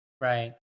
Right